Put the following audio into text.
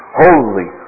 holy